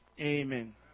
Amen